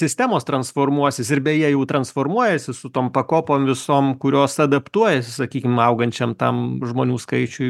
sistemos transformuosis ir beje jau transformuojasi su tom pakopom visom kurios adaptuojasi sakykim augančiam tam žmonių skaičiui